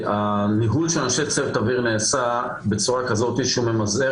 הניהול של אנשי צוות אוויר נעשה בצורה כזאת שהוא ממזער